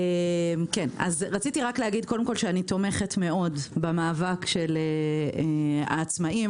אני תומכת מאוד במאבק העצמאים.